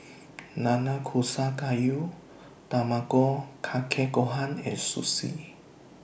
Nanakusa Gayu Tamago Kake Gohan and Sushi